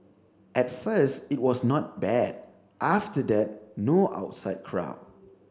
at first it was not bad after that no outside crowd